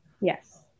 Yes